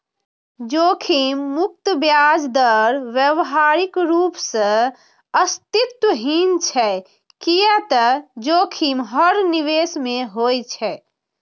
जोखिम मुक्त ब्याज दर व्यावहारिक रूप सं अस्तित्वहीन छै, कियै ते जोखिम हर निवेश मे होइ छै